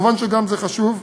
מובן שגם זה חשוב,